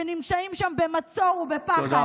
שנמצאים שם במצור ובפחד.